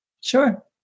Sure